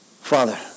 Father